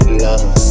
love